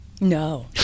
No